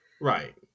Right